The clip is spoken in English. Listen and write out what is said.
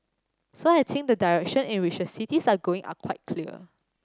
so I think the direction in which the cities are going are quite clear